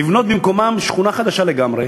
לבנות במקומם שכונה חדשה לגמרי,